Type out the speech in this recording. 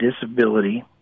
disability